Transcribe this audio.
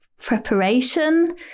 Preparation